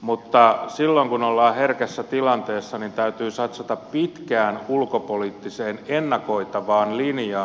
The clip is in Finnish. mutta silloin kun ollaan herkässä tilanteessa täytyy satsata pitkään ulkopoliittiseen ennakoitavaan linjaan